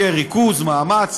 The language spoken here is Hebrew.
יהיה ריכוז מאמץ,